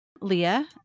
Leah